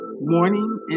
Morning